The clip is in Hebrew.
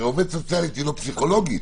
הרי עובדת סוציאלית אינה פסיכולוגית.